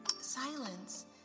silence